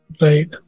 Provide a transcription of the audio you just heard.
Right